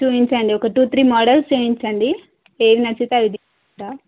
చూపించండి ఒక two three models చూపించండి ఏది నచ్చితే అది తీసుకుంటాను